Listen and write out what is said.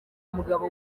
umugabo